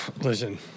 Listen